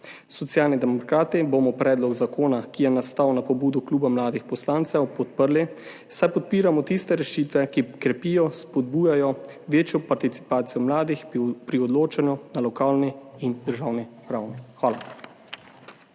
Socialni demokrati bomo predlog zakona, ki je nastal na pobudo Kluba mladih poslancev, podprli, saj podpiramo tiste rešitve, ki krepijo, spodbujajo večjo participacijo mladih pri odločanju na lokalni in državni ravni. Hvala.